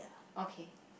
okay